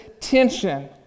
tension